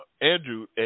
Andrew